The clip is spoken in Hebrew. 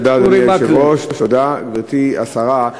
תודה, אדוני היושב-ראש, תודה, גברתי השרה,